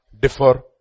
differ